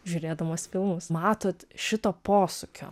žiūrėdamos filmus matot šito posūkio